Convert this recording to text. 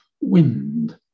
wind